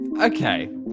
Okay